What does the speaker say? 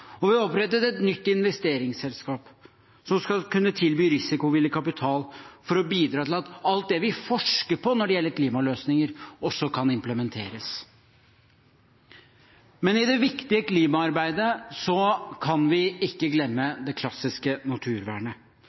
Vi har også opprettet et nytt investeringsselskap, som skal kunne tilby risikovillig kapital for å bidra til at alt det vi forsker på når det gjelder klimaløsninger, også kan implementeres. Men i det viktige klimaarbeidet må vi ikke glemme det klassiske naturvernet.